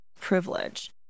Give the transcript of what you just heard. privilege